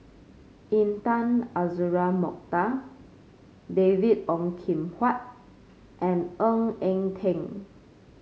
Intan Azura Mokhtar David Ong Kim Huat and Ng Eng Teng